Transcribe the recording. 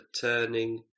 turning